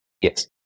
Yes